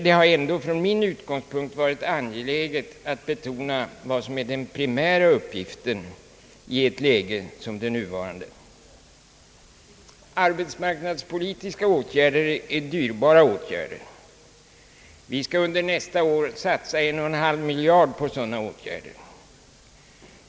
Det har ändå från min utgångspunkt varit angeläget att betona vad som är den primära uppgiften i ett läge som det nuvarande. Arbetsmarknadspolitiska åtgärder är dyrbara. Vi skall under nästa år satsa 11/2 miljard på sådana åtgärder.